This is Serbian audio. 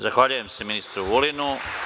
Zahvaljujem se ministru Vulinu.